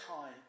time